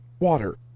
water